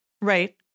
Right